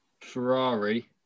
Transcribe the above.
Ferrari